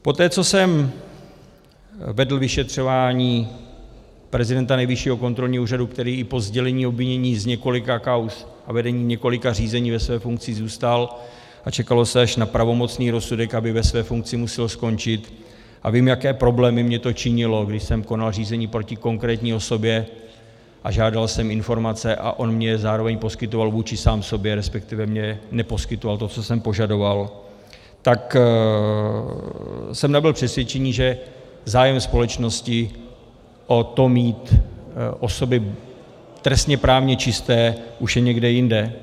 Poté, co jsem vedl vyšetřování prezidenta Nejvyššího kontrolního úřadu, který i po sdělení obvinění z několika kauz a vedení několika řízení ve své funkci zůstal a čekalo se až na pravomocný rozsudek, aby ve své funkci musel skončit, a vím, jaké problémy mi to činilo, když jsem konal řízení proti konkrétní osobě a žádal jsem informace a on mi je zároveň poskytoval vůči sám sobě, resp. mi neposkytoval to, co jsem požadoval, tak jsem nabyl přesvědčení, že zájem společnosti o to mít osoby trestněprávně čisté už je někde jinde.